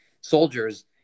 soldiers